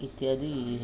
इत्यादि